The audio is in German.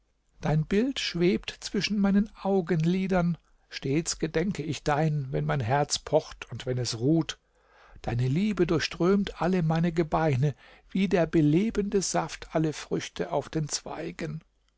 dein bild schwebt zwischen meinen augenlidern stets gedenke ich dein wenn mein herz pocht und wenn es ruht deine liebe durchströmt alle meine gebeine wie der belebende saft alle früchte auf den zweigen